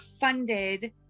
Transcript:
funded